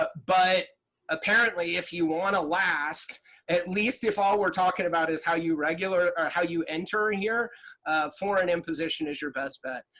but but apparently if you want to last at least if all we're talking about is how you regular or how you enter here, foreign imposition is your best bet.